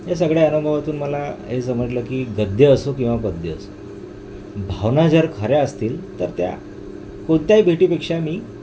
या सगळ्या अनुभवातून मला हे समजलं की गद्य असो किंवा पद्य असो भावना जर खऱ्या असतील तर त्या कोणत्याही भेटीपेक्षा मी